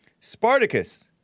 Spartacus